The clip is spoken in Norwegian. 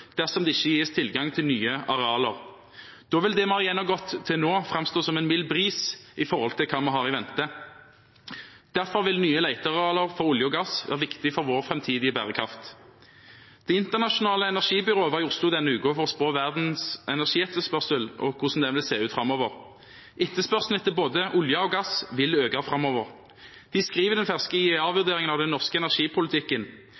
dersom det ikke gis tilgang til nye arealer. Da vil det vi har gjennomgått til nå, framstå som en mild bris i forhold til hva vi har i vente. Derfor vil nye letearealer for olje og gass være viktig for vår framtidige bærekraft. Det internasjonale energibyrået var i Oslo denne uken for å spå verdens energietterspørsel og hvordan den vil se ut framover. Etterspørselen etter både olje og gass vil øke framover. De skriver i den ferske